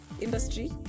industry